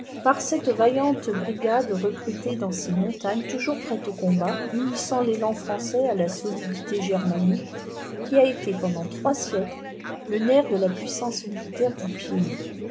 ar cette vaillante brigade recrutée dans ses montagnes toujours prête au combat unissant l'élan français à la solidité germanique qui a été pendant trois siècles le nerf de la puissance militaire du piémont